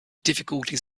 difficulties